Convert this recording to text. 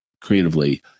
creatively